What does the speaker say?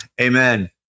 Amen